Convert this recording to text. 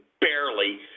barely